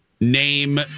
Name